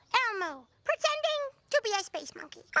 elmo pretending to be a space monkey. oh